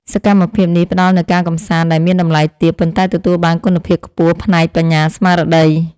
សកម្មភាពនេះផ្ដល់នូវការកម្សាន្តដែលមានតម្លៃទាប ប៉ុន្តែទទួលបានគុណភាពខ្ពស់ផ្នែកបញ្ញាស្មារតី។